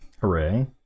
hooray